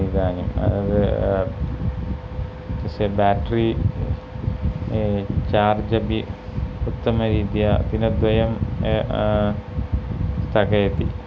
इदानीम् तस्य battery charge अपि उत्तमरीत्या दिनद्वयं स्थगयति